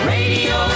Radio